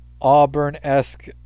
Auburn-esque